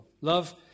Love